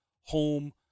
home